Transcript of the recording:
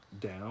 down